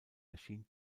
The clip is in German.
erschien